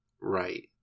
Right